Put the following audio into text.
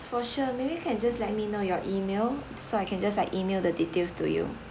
for sure maybe you can just let me know your email so I can just like email the details to you